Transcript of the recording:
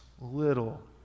little